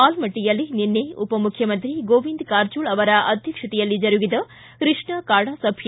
ಆಲಮಟ್ಟಿಯಲ್ಲಿ ನಿನ್ನೆ ಉಪಮುಖ್ಯಮಂತ್ರಿ ಗೋವಿಂದ ಕಾರಜೋಳ್ ಅವರ ಅಧ್ವಕ್ಷತೆಯಲ್ಲಿ ಜರುಗಿದ ಕೃಷ್ಣಾ ಕಾಡಾ ಸಭೆಯಲ್ಲಿ